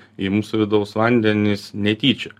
į mūsų vidaus vandenis netyčia